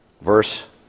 Verse